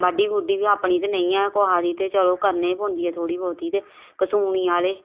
body बूड्डी बी अपनी ते नेईं ऐ कुहा दी ते चलो करने गै पौंदी ऐ थोह्ड़ी बोह्ती ते कसूनी आह्ले